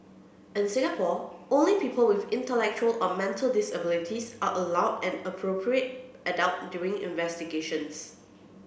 in Singapore only people with intellectual or mental disabilities are allowed an appropriate adult during investigations